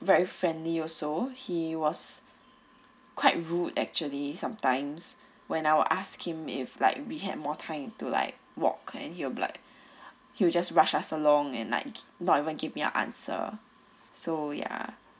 very friendly also he was quite rude actually sometimes when I would ask him if like we had more time to like walk and he will be like he will just rush us along and like not even give me an answer so ya